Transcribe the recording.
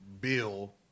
Bill